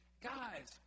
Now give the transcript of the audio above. Guys